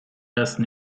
ersten